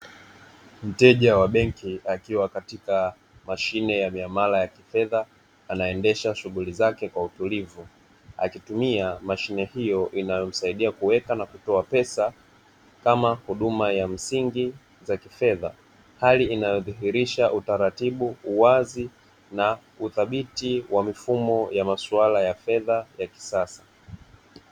Mteja wa benki akiwa katika miamala ya mashine ya kifedha, anaendesha shughuli zake kwa utulivu, akitumia mashine hiyo inayomsaidia kuweka na kutoa pesa, kama huduma ya msingi ya kifedha, hali inayodhihirisha utaratibu, uwazi na uthabiti wa mifumo ya maswala ya fedha za kisasa.